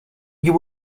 you